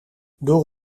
door